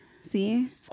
See